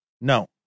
No